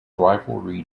rivalry